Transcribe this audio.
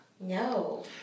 No